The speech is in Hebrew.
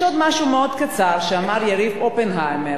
יש עוד משהו מאוד קצר שאמר יריב אופנהיימר